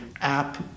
app